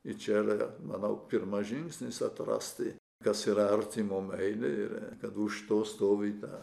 ir čia yra manau pirmas žingsnis atrasti kas yra artimo meilė ir kad už to stovi ta